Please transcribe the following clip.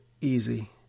easy